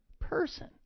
person